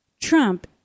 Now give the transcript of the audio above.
Trump